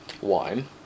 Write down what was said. wine